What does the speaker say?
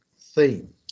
theme